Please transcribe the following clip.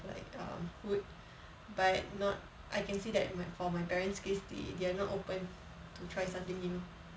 like um food but not I can see that my for my parents case they they are not open to try something new